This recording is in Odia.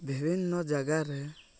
ବିଭିନ୍ନ ଜାଗାରେ